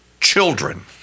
children